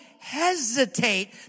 hesitate